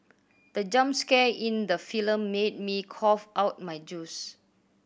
the jump scare in the film made me cough out my juice